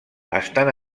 estant